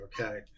Okay